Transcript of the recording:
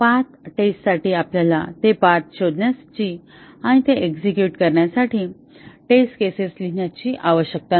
path टेस्टसाठी आपल्याला ते पाथ शोधण्याची आणि ते एक्झेक्युट करण्यासाठी टेस्ट केसेस लिहिण्याची आवश्यकता नाही